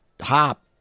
hop